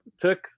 took